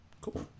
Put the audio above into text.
cool